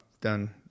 done